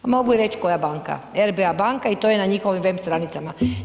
Mogu reći koja banka, RBA banka i to je na njihovim web stranicama.